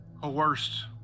Coerced